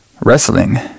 wrestling